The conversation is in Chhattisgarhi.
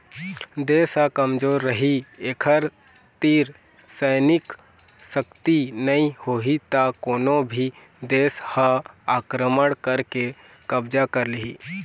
देश ह कमजोर रहि एखर तीर सैनिक सक्ति नइ होही त कोनो भी देस ह आक्रमण करके कब्जा कर लिहि